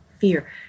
fear